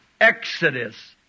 exodus